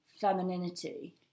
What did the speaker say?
femininity